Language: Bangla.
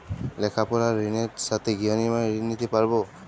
লেখাপড়ার ঋণের সাথে গৃহ নির্মাণের ঋণ নিতে পারব?